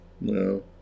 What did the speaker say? No